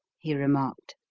he remarked.